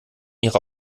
ihre